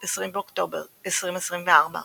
20 באוקטובר 2024 ==